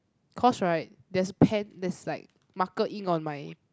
cause right there's pen there's like marker ink on my